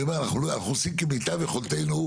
אני אומר, אנחנו עושים כמיטב יכולתנו,